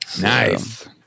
Nice